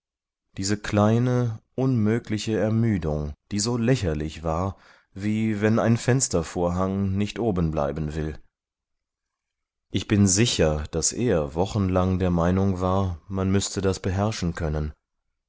diese kleine unmögliche ermüdung die so lächerlich war wie wenn ein fenstervorhang nicht oben bleiben will ich bin sicher daß er wochenlang der meinung war man müßte das beherrschen können